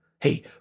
Hey